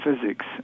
physics